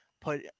put